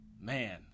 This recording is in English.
man